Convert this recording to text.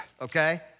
okay